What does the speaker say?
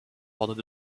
pendant